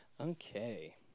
Okay